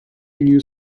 new